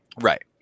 Right